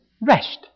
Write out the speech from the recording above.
rest